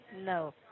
No